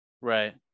Right